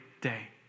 day